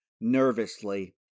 nervously